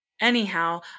anyhow